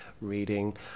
reading